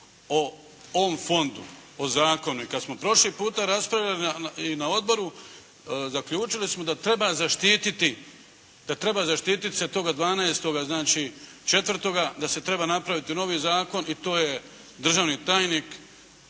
o ovom fondu, o zakonu. I kad smo prošli puta raspravljali i na odboru zaključili smo da treba zaštititi se toga 12.4., da se treba napraviti novi zakon i to je državni tajnik